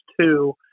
two